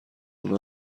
اونا